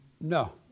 No